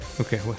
Okay